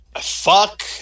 Fuck